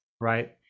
Right